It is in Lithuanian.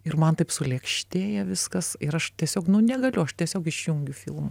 ir man taip sulėkštėja viskas ir aš tiesiog negaliu aš tiesiog išjungiu filmą